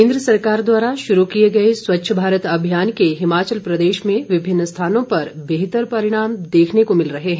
केन्द्र सरकार द्वारा शुरू किए गए स्वच्छ भारत अभियान से हिमाचल प्रदेश में विभिन्न स्थानों पर बेहतर परिणाम देखने को मिल रहे हैं